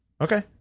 Okay